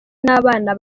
n’abana